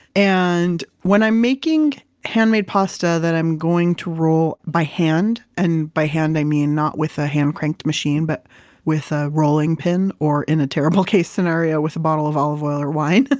and when i'm making handmade pasta that i'm going to roll by hand, and by hand, i mean, not with a hand cranked machine but with a rolling pin, or in a terrible case scenario, with a bottle of olive oil or wine,